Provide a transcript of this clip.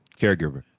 caregiver